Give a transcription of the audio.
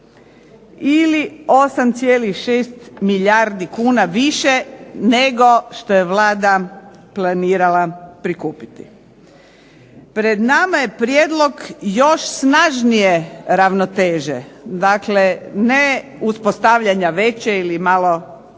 ili 8,6 milijardi kuna više nego što je Vlada planirala prikupiti. Pred nama je prijedlog još snažnije ravnoteže, dakle ne uspostavljanja veće ili malo